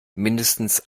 mindestens